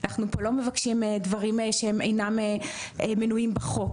אנחנו פה לא מבקשים דברים שהם אינם מנויים בחוק.